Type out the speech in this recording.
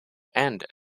and